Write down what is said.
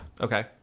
Okay